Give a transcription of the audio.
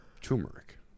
Turmeric